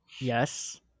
Yes